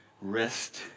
rest